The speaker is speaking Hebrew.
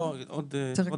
לא, עוד דקה.